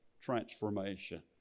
transformation